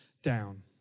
down